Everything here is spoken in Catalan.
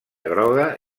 groga